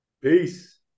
Peace